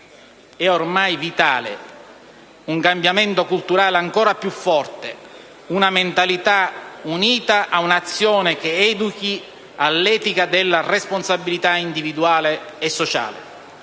È ormai vitale un cambiamento culturale ancora più forte, una mentalità unita a un'azione che educhi all'etica della responsabilità individuale e sociale.